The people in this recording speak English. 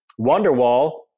Wonderwall